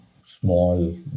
small